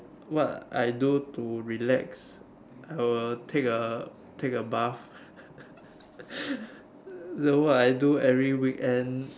what I do to relax I will take a take a bath then what I do every weekend